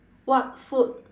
what food